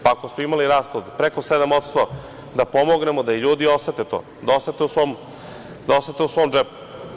Pa, ako smo imali rast od preko 7% da pomognemo da i ljudi osete to, da osete u svom džepu.